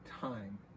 time